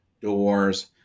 doors